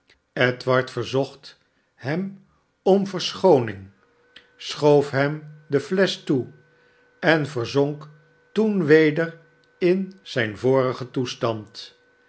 edward verzocht hem om verschooning schoof hem de flesch toe en verzonk toen weder in zijn vorigen toestand